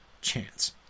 chance